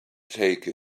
take